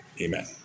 Amen